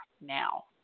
now